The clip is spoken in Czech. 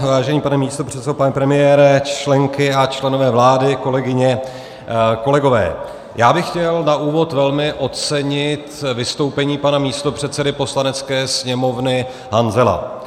Vážený pane místopředsedo, pane premiére, členky a členové vlády, kolegyně, kolegové, já bych chtěl na úvod velmi ocenit vystoupení pana místopředsedy Poslanecké sněmovny Hanzela.